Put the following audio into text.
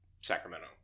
Sacramento